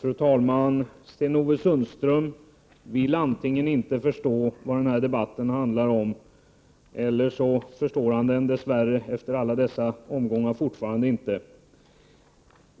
Fru talman! Antingen vill Sten-Ove Sundström inte förstå vad den här debatten handlar om, eller också kan han, efter alla dessa omgångar, fortfarande inte förstå.